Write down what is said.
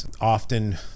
Often